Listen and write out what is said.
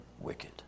wicked